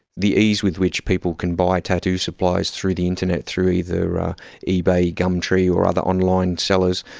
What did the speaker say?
the ease with which people can buy tattoo supplies through the internet, through either ebay, gumtree or other online sellers,